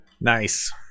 Nice